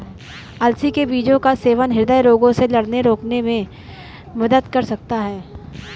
अलसी के बीज का सेवन हृदय रोगों से लड़ने रोकने में मदद कर सकता है